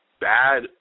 bad